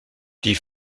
die